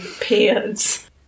pants